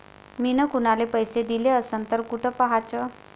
मिन कुनाले पैसे दिले असन तर कुठ पाहाचं?